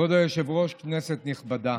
כבוד היושב-ראש, כנסת נכבדה,